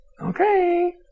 Okay